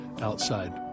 outside